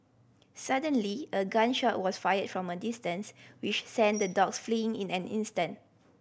suddenly a gun shot was fired from a distance which sent the dogs fleeing in an instant